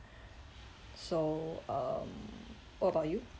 so um what about you